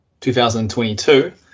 2022